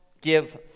give